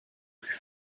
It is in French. plus